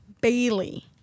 Bailey